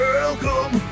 Welcome